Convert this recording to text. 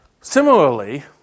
Similarly